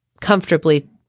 comfortably